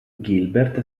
gilbert